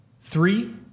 Three